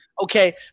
okay